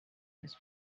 his